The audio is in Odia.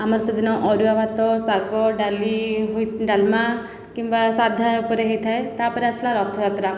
ଆମର ସେଦିନ ଅରୁଆ ଭାତ ଶାଗ ଡାଲି ହୋଇ ଡାଲମା କିମ୍ବା ସାଧା ଉପରେ ହୋଇଥାଏ ତାପରେ ଆସିଲା ରଥଯାତ୍ରା